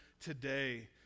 today